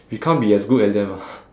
we can't be as good as them ah